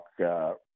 talk